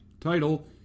title